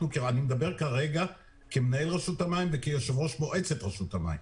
אני מדבר כרגע כמנהל רשות המים וכיושב-ראש מועצת רשות המים.